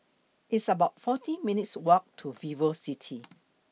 It's about forty minutes' Walk to Vivocity